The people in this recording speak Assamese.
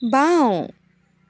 বাওঁ